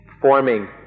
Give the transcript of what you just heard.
forming